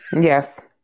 Yes